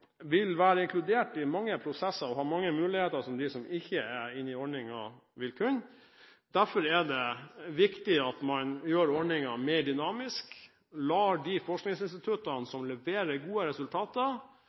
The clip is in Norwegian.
vil være inkludert i mange prosesser og ha mange muligheter som dem som ikke er inne i ordningen, ikke vil ha. Derfor er det viktig at man gjør ordningen mer dynamisk og lar de forskningsinstituttene